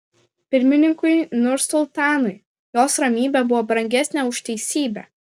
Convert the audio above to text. pirmininkui nursultanui jos ramybė buvo brangesnė už teisybę